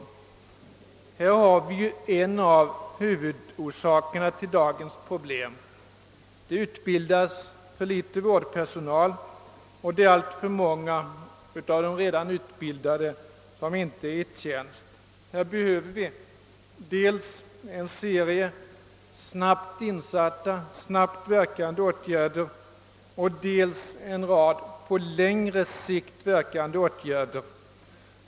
Här har vi en av huvudorsakerna till dagens problem. Det utbildas för litet vårdpersonal, och alltför många av de redan utbildade är inte i tjänst. Här behövs dels en serie snabbt insatta och snabbt verkande åtgärder, dels en rad på längre sikt verkande åtgärder.